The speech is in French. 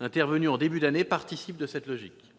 intervenue en début d'année, participe de cette logique.